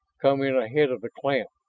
come in ahead of the clan.